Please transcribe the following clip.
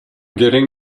getting